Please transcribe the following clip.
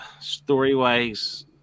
story-wise